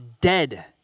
dead